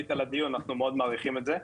ועלית לדיון, אנחנו מאוד מעריכים את זה.